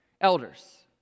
elders